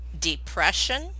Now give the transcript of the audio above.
depression